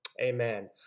amen